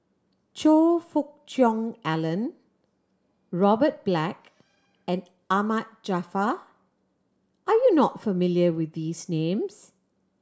Choe Fook Cheong Alan Robert Black and Ahmad Jaafar are you not familiar with these names